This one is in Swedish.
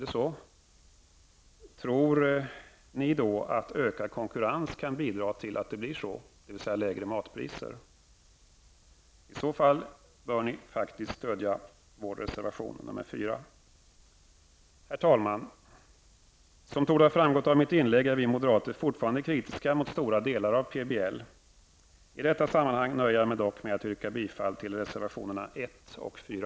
Tror ni att ökad konkurrens kan bidra till lägre matpriser? I så fall bör ni stödja vår reservation nr Herr talman! Som torde ha framgått av mitt inlägg är vi moderater fortfarande kritiska mot stora delar av PBL. I detta sammanhang nöjer jag mig dock med att yrka bifall till reservationerna nr 1 och 4.